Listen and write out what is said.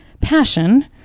passion